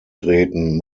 treten